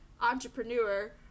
entrepreneur